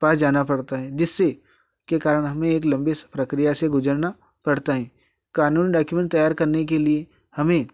पास जाना पड़ता है जिससे के कारण हमें एक लम्बी प्रक्रिया से गुज़रना पड़ता है कानून डोक्युमेंट तैयार करने के लिए हमें